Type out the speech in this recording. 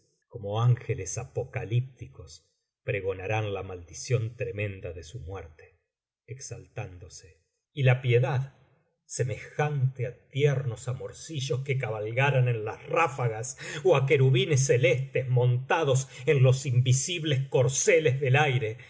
como ángeles apocalípticos pregonarán la maldición tremenda de su muerte exaltándose y la piedad semejante á tiernos amorcillos que cabalgaran en las ráfagas ó á querubines celestes montados en los invisibles corceles del aire